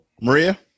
Maria